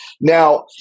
now